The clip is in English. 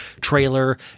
trailer